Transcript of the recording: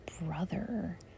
brother